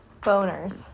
boners